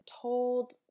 told